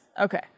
Okay